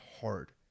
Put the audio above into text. hard